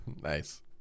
Nice